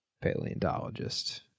paleontologist